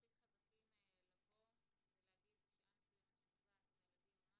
שההורים יהיו מספיק חזקים לבוא ולהגיד בשעה מסוימת שנקבעת עם הילדים,